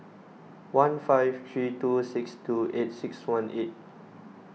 one five three two six two eight six one eight